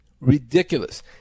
Ridiculous